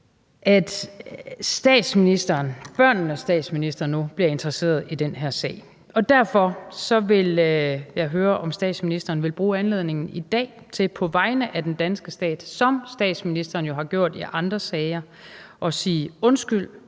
børnenes statsminister, nu bliver interesseret i den her sag. Og derfor vil jeg høre, om statsministeren vil bruge anledningen i dag til på vegne af den danske stat, som statsministeren jo har gjort det i andre sager, at sige undskyld